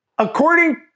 According